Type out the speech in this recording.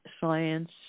science